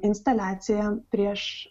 instaliacija prieš